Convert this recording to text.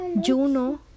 Juno